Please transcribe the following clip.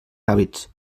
hàbits